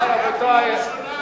קריאה ראשונה.